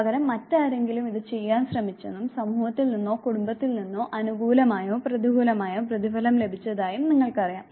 പകരം മറ്റാരെങ്കിലും ഇത് ചെയ്യാൻ ശ്രമിച്ചെന്നും സമൂഹത്തിൽ നിന്നോ കുടുംബത്തിൽ നിന്നോ അനുകൂലമായോ പ്രതികൂലമായോ പ്രതിഫലം ലഭിച്ചതായും നിങ്ങൾക്കറിയാം